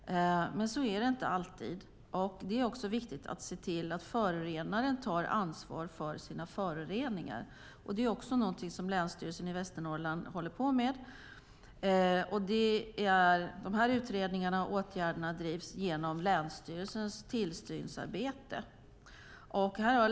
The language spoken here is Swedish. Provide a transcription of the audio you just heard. Men så är det inte alltid. Det är också viktigt att se till att förorenaren tar ansvar för sina föroreningar. Det är också någonting som Länsstyrelsen i Västernorrland håller på med. De här utredningarna och åtgärderna drivs genom länsstyrelsens tillsynsarbete.